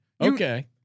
Okay